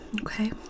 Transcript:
okay